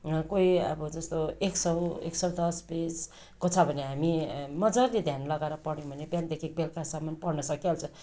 कोही अब जस्तो एक सौ एक सौ दस बिसको छ भने हामी मजाले ध्यान लगार पढ्यौँ भने बिहानदेखि बेलुकासम्म पढ्न सकिइहाल्छ